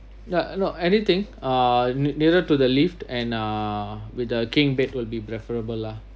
not not anything uh nearer to the lift and uh with the king bed will be preferable lah